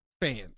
fans